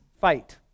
fight